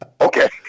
Okay